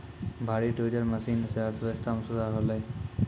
भारी dozer machine सें अर्थव्यवस्था मे सुधार होलय